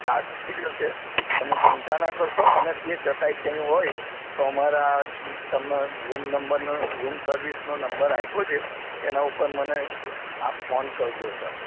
start થઈ જશે તમે ચિંતા ના કરશો અને તે છતાંય કંઈ હોય તો અમારા તમારા રૂમ નંબરનો રૂમ સર્વિસનો નંબર આપ્યો છે એના ઉપર મને આપ ફોન કરજો સર